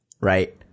Right